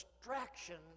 distractions